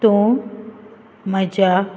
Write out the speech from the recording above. तूं म्हज्या